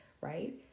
right